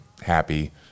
happy